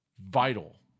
vital